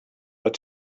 but